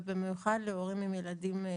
במיוחד להורים לילדים נכים.